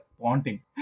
pointing